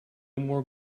more